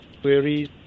queries